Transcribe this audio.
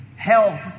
Health